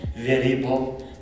Variable